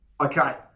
Okay